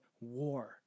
war